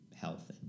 health